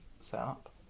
setup